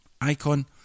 Icon